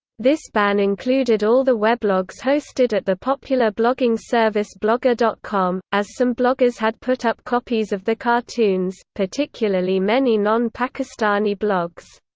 this ban included all the weblogs hosted at the popular blogging service blogger com, as some bloggers had put up copies of the cartoons particularly many non-pakistani blogs.